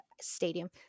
stadium